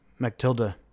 MacTilda